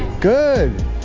Good